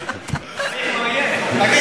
אגיד